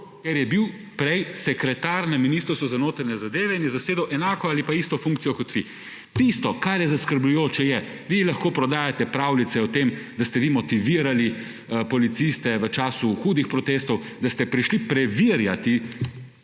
Ker je bil prej sekretar na Ministrstvu za notranje zadeve in je zasedal enako ali pa isto funkcijo kot vi. Tisto, kar je zaskrbljujoče, je, vi 44. TRAK: (TB) – 17.55 (nadaljevanje) lahko prodajate pravljice o tem, da ste vi motivirali policiste v času hudih protestov, da ste prišli preverjati,